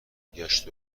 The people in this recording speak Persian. گشت